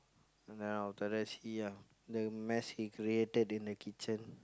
then after that see ah the mess he created in the kitchen